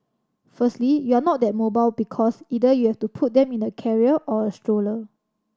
firstly you're not that mobile because either you have to put them in a carrier or a stroller